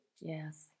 Yes